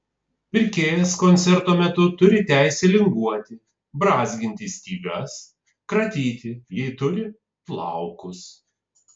pirkėjas koncerto metu turi teisę linguoti brązginti stygas kratyti jei turi plaukus